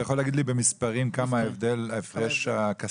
אתה יכול להגיד לי במספרים מה ההפרש הכספי?